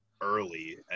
early